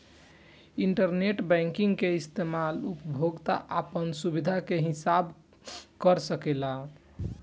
internet banking के इस्तमाल उपभोक्ता आपन सुबिधा के हिसाब कर सकेला